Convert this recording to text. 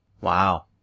Wow